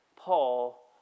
Paul